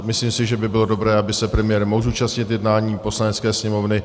Myslím si, že by bylo dobré, aby se premiér mohl zúčastnit jednání Poslanecké sněmovny.